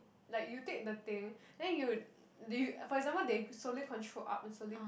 like you take the thing then you would you would for example they slowly control up and slowly